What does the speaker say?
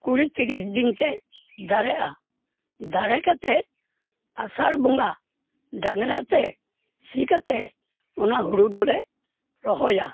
ᱠᱩᱲᱤ ᱛᱤᱨᱤᱥ ᱫᱤᱱ ᱛᱮ ᱫᱟᱨᱮᱜᱼᱟ ᱫᱟᱨᱮ ᱠᱟᱛᱮ ᱟᱥᱟᱲ ᱵᱚᱸᱜᱟ ᱰᱟᱝᱨᱟᱛᱮ ᱥᱤ ᱠᱟᱛᱮ ᱚᱱᱟ ᱦᱳᱲᱳ ᱫᱚᱞᱮ ᱨᱚᱦᱚᱭᱟ